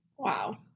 Wow